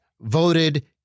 voted